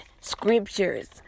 scriptures